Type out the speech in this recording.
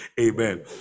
amen